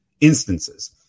instances